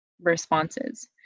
responses